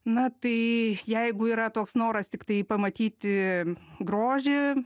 na tai jeigu yra toks noras tiktai pamatyti grožį